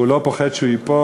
הוא לא פוחד שהוא ייפול,